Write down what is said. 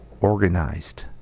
organized